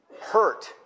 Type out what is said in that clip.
hurt